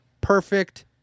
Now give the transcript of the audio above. Perfect